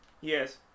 Yes